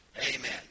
Amen